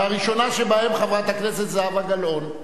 והראשונה שבהם, חברת הכנסת זהבה גלאון.